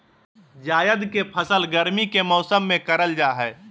जायद के फसल गर्मी के मौसम में करल जा हइ